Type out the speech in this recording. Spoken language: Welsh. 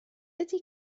ydy